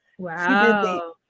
Wow